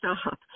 stop